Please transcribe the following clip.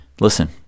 listen